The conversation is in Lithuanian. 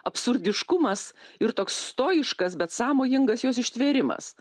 absurdiškumas ir toks stojiškas bet sąmojingas jos ištvėrimas